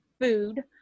food